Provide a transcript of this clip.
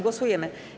Głosujemy.